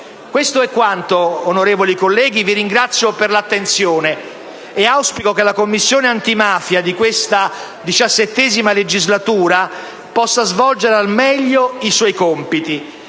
Questo è quanto, onorevoli colleghi. Vi ringrazio per l'attenzione e auspico che la Commissione antimafia di questa XVII legislatura possa svolgere al meglio i suoi compiti.